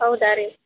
ಹೌದಾ ರೀ